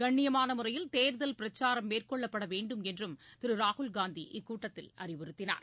கண்ணியமான முறையில் தேர்தல் பிரச்சாரம் மேற்கொள்ளப்பட வேண்டும் என்று திரு ராகுல்காந்தி இக்கூட்டத்தில் அறிவுறுத்தினார்